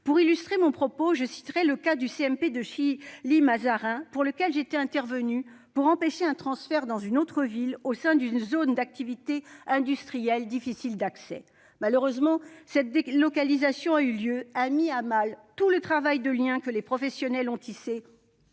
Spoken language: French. Pour illustrer mon propos, j'évoquerai le cas du CMP de Chilly-Mazarin, en faveur duquel j'étais intervenue afin d'empêcher son transfert dans une autre ville, au sein d'une zone d'activités industrielles difficile d'accès. Malheureusement, cette délocalisation a eu lieu. Elle a mis à mal les liens que les professionnels avaient tissés